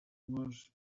was